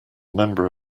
member